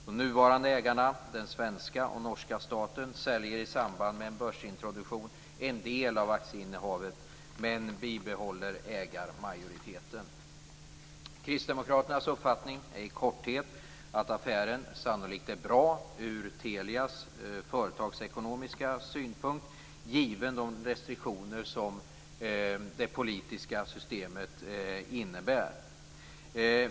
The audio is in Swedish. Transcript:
De nuvarande ägarna, den svenska och den norska staten, säljer i samband med en börsintroduktion en del av aktieinnehavet men behåller ägarmajoriteten. Kristdemokraternas uppfattning är i korthet att affären sannolikt är bra för Telia från företagsekonomisk synpunkt, givet de restriktioner som det politiska systemet innebär.